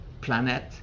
planet